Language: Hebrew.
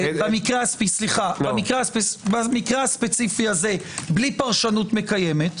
במקרה הספציפי הזה בלי פרשנות מקיימת.